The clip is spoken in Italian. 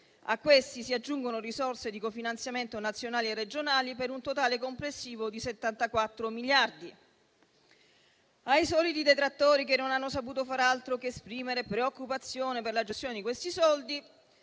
a questi si aggiungono risorse di cofinanziamento nazionali e regionali per un totale complessivo di 74 miliardi. Ai soliti detrattori che non hanno saputo far altro che esprimere preoccupazione per la gestione di questi soldi